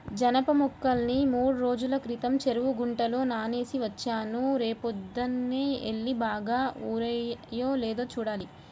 జనప మొక్కల్ని మూడ్రోజుల క్రితం చెరువు గుంటలో నానేసి వచ్చాను, రేపొద్దన్నే యెల్లి బాగా ఊరాయో లేదో చూడాలి